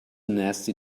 nasty